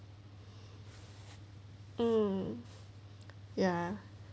oh ya